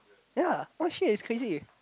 ya what the shit it's crazy